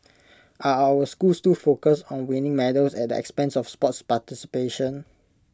are our schools too focused on winning medals at the expense of sports participation